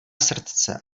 srdce